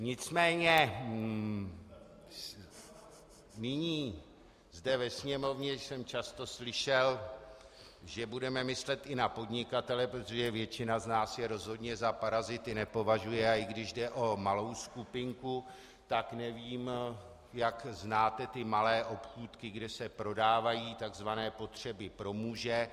Nicméně zde ve Sněmovně jsem často slyšel, že budeme myslet i na podnikatele, protože většina z nás je rozhodně za parazity nepovažuje, a i když jde o malou skupinku, tak nevím, jak znáte malé obchůdky, kde se prodávají tzv. potřeby pro muže.